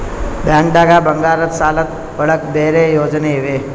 ಬ್ಯಾಂಕ್ದಾಗ ಬಂಗಾರದ್ ಸಾಲದ್ ಒಳಗ್ ಬೇರೆ ಯೋಜನೆ ಇವೆ?